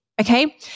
Okay